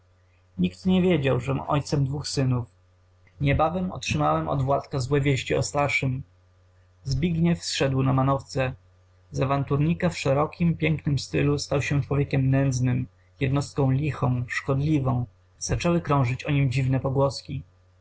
nikt nie wiedział żem ojcem dwóch synów niebawem otrzymałem od władka złe wieści o starszym zbigniew zeszedł na manowce z awanturnika w szerokim pięknym stylu stał się człowiekiem nędznym jednostką lichą szkodliwą zaczęły krążyć o nim dziwne pogłoski